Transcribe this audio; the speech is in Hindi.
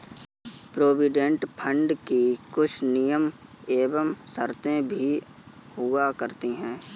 प्रोविडेंट फंड की कुछ नियम एवं शर्तें भी हुआ करती हैं